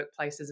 workplaces